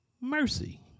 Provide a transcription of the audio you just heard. mercy